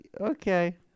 okay